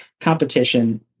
competition